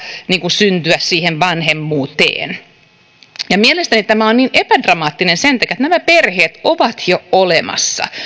syntyä siihen vanhemmuuteen mielestäni tämä on niin epädramaattinen asia sen takia että nämä perheet ovat jo olemassa